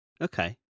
Okay